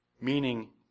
meaning